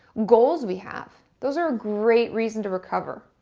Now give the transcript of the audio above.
goals we have, those are great reasons to recover,